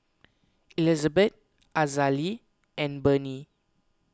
Elizabeth Azalee and Barnie